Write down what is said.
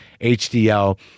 HDL